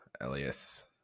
elias